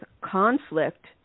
conflict